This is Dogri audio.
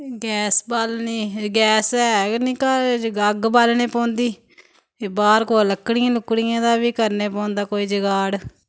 गैस बालनी गैस ऐ गै निं घर अग्ग बालनी पौंदी बाह्र कुतै लकड़ियां लुकड़ियें दा बी करने पौंदा कोई जगाड़